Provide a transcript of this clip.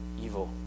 evil